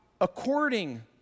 according